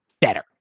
better